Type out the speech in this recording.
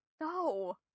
No